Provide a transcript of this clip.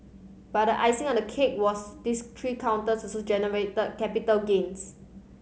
but the icing on the cake was these three counters also generated capital gains